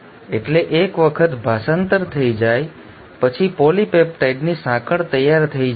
એટલે એક વખત ભાષાંતર થઈ જાય પછી પોલીપેપ્ટાઈડની સાંકળ તૈયાર થઈ જાય છે